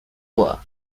war